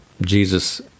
Jesus